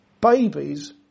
babies